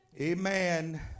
Amen